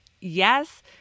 Yes